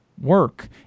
work